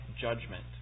judgment